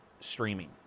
streaming